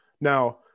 Now